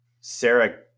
Sarah